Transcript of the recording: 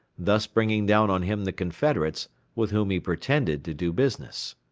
thus bringing down on him the confederates, with whom he pretended to do business.